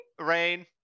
rain